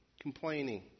complaining